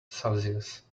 celsius